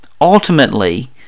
ultimately